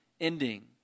ending